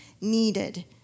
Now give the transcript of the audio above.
needed